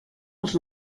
els